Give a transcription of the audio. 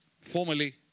formally